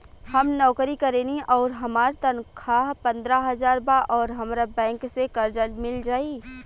हम नौकरी करेनी आउर हमार तनख़ाह पंद्रह हज़ार बा और हमरा बैंक से कर्जा मिल जायी?